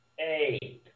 Eight